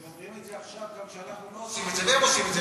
הם אומרים את זה עכשיו גם כשאנחנו לא עושים את זה והם עושים את זה,